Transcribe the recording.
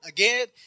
Again